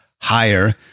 higher